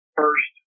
first